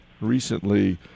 recently